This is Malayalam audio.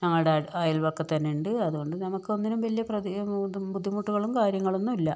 ഞങ്ങളുടെ അയല്പക്കത്തു തന്നെയുണ്ട് അതുകൊണ്ട് ഞങ്ങൾക്ക് ഒന്നിനും പ്രതി വലിയ ബുദ്ധിമുട്ടുകളും കാര്യങ്ങളൊന്നും ഇല്ല